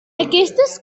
aquestes